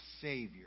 Savior